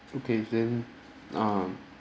okay then err